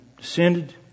descended